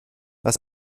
was